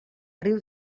riu